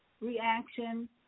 reaction